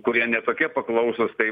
kurie ne tokie paklausūs tai